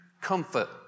comfort